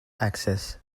access